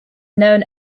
known